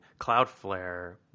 Cloudflare